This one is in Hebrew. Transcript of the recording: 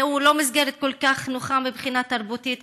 שהוא לא מסגרת כל כך נוחה מבחינה תרבותית.